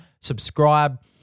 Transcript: subscribe